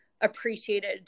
appreciated